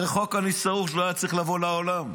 הרי חוק הנבצרות לא היה צריך לבוא לעולם,